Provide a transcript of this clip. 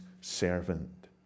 servant